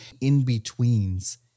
in-betweens